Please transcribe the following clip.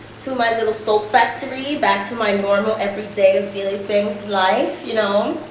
to my little soap factory, back to my normal everyday azealia banks life, you know?